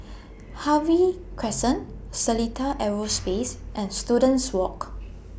Harvey Crescent Seletar Aerospace and Students Walk